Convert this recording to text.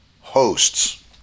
hosts